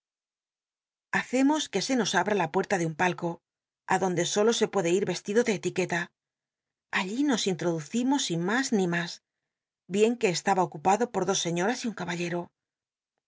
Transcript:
llaccmos que se nos abra la r ucrla de un palco á donde solo se puede ir estido de eti ucla allí nos inh'oducimos sin mas ni mas bien que e taba ocupado por dos sciioras y un c